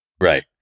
Right